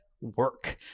work